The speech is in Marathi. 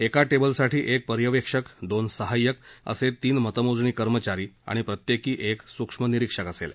एका टेबल साठी एक पर्यवेक्षक दोन सहाय्यक असे तीन मतमोजणी कर्मचारी आणि प्रत्येकी एक सूक्ष्म निरीक्षक असेल